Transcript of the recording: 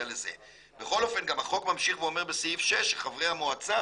בכל אופן החוק ממשיך ואומר בסעיף 6 שחברי המועצה,